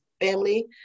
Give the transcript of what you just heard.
family